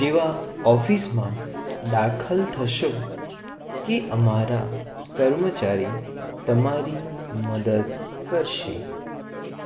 જેવા ઓફિસમાં દાખલ થશો કે અમારા કર્મચારી તમારી મદદ કરશે